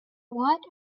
what